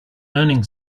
learning